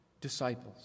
disciples